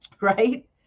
right